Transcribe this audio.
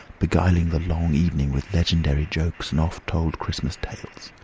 beguiling the long evening with legendary jokes and oft-told christmas tales.